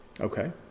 Okay